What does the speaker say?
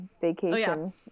vacation